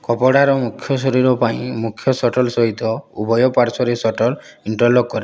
କପଡ଼ାର ମୁଖ୍ୟ ଶରୀର ପାଇଁ ମୁଖ୍ୟ ସଟଲ୍ ସହିତ ଉଭୟ ପାର୍ଶ୍ୱରେ ସଟଲ୍ ଇଣ୍ଟରଲକ୍ କରେ